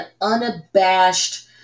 unabashed